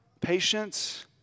patience